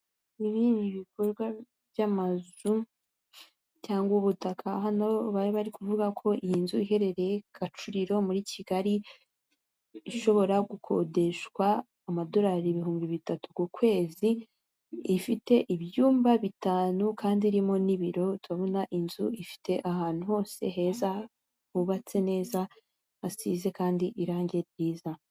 Ibi ni ibikorwa by'amazu cyangwa ubutaka hano bari bari kuvuga ko iyi nzu iherereye Gacuriro muri Kigali; ishobora gukodeshwa amadolari ibihumbi bitatu ku kwezi. Ifite ibyumba bitanu kandi irimo n'ibiro, turabona inzu ifite ahantu hose heza hubatse neza, hasize kandi irangi ryiza.